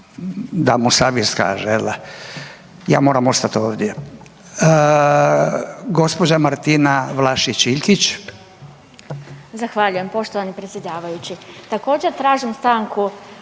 da mu savjest kaže, jel da, ja moram ostati ovdje. Gospođa Martina Vlašić Iljkić.